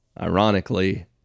ironically